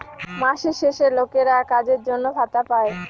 মাসের শেষে লোকেরা কাজের জন্য ভাতা পাই